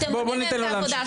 אתם מונעים מהם את העבודה,